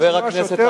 השר מסכים.